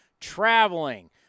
traveling